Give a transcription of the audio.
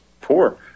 poor